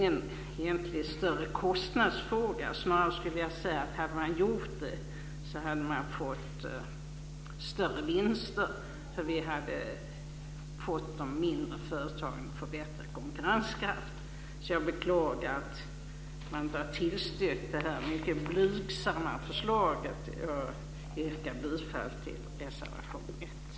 Det är egentligen inte fråga om någon större kostnad. Jag skulle snarare säga att man, om man hade gjort det här, hade fått större vinster, eftersom de mindre företagen hade fått en förbättrad konkurrenskraft. Därför beklagar jag att man inte har tillstyrkt det här mycket blygsamma förslaget. Jag yrkar bifall till reservation 1.